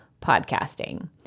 podcasting